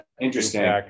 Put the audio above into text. interesting